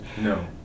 No